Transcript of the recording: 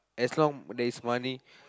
as long there is money